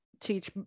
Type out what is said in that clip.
teach